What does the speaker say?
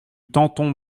tanton